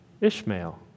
Ishmael